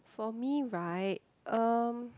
for me right um